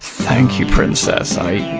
thank you, princess, i.